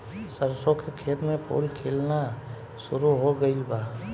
सरसों के खेत में फूल खिलना शुरू हो गइल बा